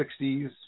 60s